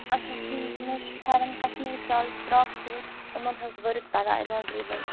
اَچھا ٹھیٖک مےٚ چھُ کشمیٖری پھٮ۪رن کشمیری شال فراک سوٗٹ یِمن ہٕنٛزۍ ورک تگان